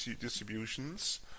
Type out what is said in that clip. distributions